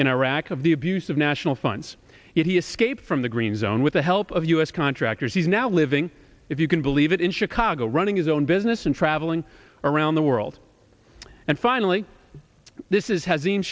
in iraq of the abuse of national funds it he escaped from the green zone with the help of u s contractors he's now living if you can believe it in chicago running his own business and traveling around the world and finally this is has